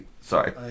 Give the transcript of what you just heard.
Sorry